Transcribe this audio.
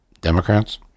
Democrats